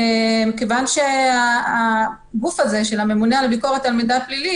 כיוון שהגוף הזה של הממונה על הביקורת על המידע הפלילי